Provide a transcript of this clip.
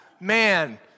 Man